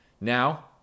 Now